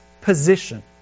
position